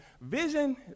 Vision